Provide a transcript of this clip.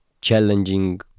challenging